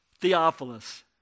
Theophilus